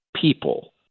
people